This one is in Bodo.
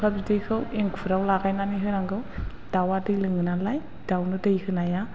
सबखा बिदैखौ एंखुराव लागायनानै होनांगौ दाउआ दै लोङो नालाय दाउनो दै होनाया